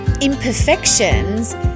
imperfections